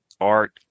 art